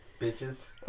Bitches